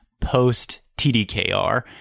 post-TDKR